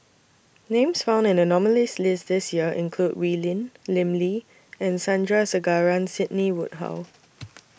Names found in The nominees' list This Year include Wee Lin Lim Lee and Sandrasegaran Sidney Woodhull